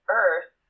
earth